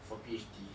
for P_H_D